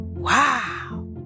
Wow